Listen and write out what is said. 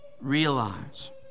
realize